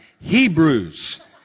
Hebrews